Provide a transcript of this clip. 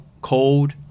cold